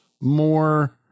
more